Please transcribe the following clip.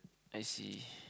I see